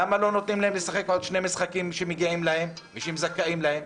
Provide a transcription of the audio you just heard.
למה לא נותנים להם לשחק עוד שני משחקים שמגיעים להם והם זכאים להם?